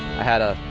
i had a.